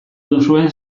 duzuen